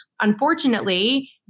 unfortunately